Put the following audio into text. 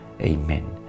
Amen